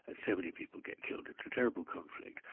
and so many people get killed, it's a terrible conflict.